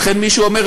לכן מי שאומר,